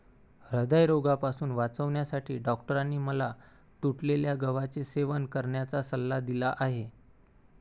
हृदयरोगापासून वाचण्यासाठी डॉक्टरांनी मला तुटलेल्या गव्हाचे सेवन करण्याचा सल्ला दिला आहे